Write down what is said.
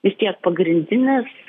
vis tiek pagrindinis